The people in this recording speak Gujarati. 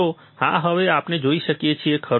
તો હા હવે આપણે જોઈ શકીએ છીએ ખરું